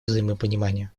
взаимопонимания